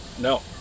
No